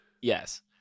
yes